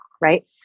right